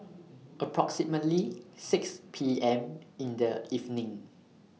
approximately six P M in The evening